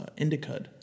Indicud